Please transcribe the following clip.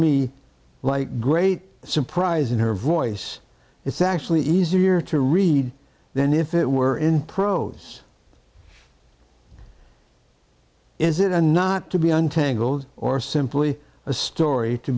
me like a great surprise in her voice it's actually easier to read then if it were in prose is it a not to be untangled or simply a story to